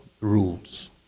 rules